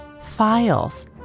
files